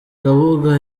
kabuga